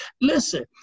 Listen